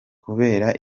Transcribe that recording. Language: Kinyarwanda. kubera